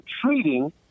treating